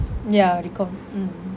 ya recom mm